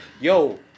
yo